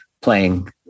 playing